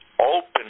open